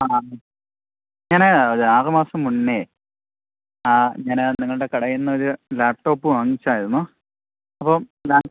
ആ ഞാന് ആറു മാസം മുന്നേ ആ ഞാന് നിങ്ങളുടെ കടയില്നിന്നൊരു ലാപ്ടോപ്പ് വാങ്ങിച്ചായിരുന്നു അപ്പോള്